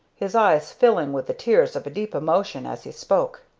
his eyes filling with the tears of a deep emotion as he spoke.